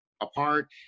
apart